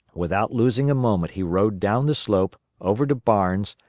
without losing a moment he rode down the slope, over to barnes,